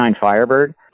Firebird